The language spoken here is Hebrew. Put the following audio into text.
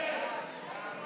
הצעת סיעות ישראל